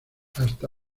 hasta